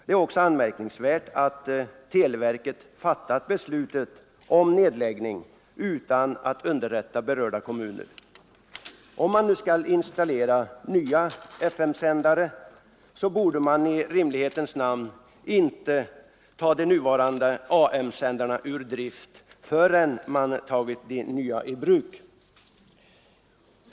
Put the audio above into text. Det är också anmärkningsvärt att televerket har fattat nedläggningsbeslutet utan att underrätta berörda kommuner. Om man nu skall installera nya FM-sändare, så borde man väl i rimlighetens namn inte ta de nuvarande AM-sändarna ur drift förrän de nya sändarna har tagits i bruk.